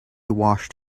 washed